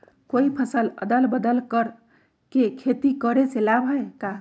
कोई फसल अदल बदल कर के खेती करे से लाभ है का?